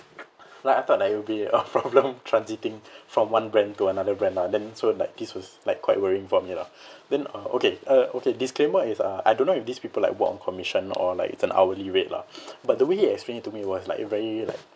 like I thought like it will be a problem transiting from one brand to another brand lah then so like this was like quite worrying for me lah then okay uh okay disclaimer is uh I don't know if these people like work on commission or like it's an hourly rate lah but the way he explain it to me was like very like